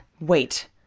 Wait